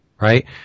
right